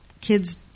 kids